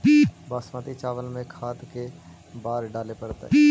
बासमती चावल में खाद के बार डाले पड़तै?